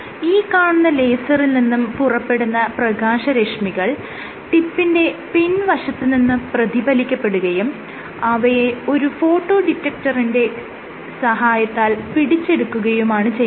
ഈ കാണുന്ന ലേസറിൽ നിന്നും പുറപ്പെടുന്ന പ്രകാശരശ്മികൾ ടിപ്പിന്റെ പിൻവശത്ത് നിന്നും പ്രതിഫലിക്കപ്പെടുകയും അവയെ ഒരു ഫോട്ടോ ഡിറ്റക്ടറിന്റെ സഹായത്താൽ പിടിച്ചെടുക്കുകയുമാണ് ചെയ്യുന്നത്